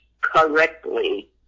correctly